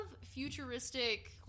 futuristic